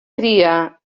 cria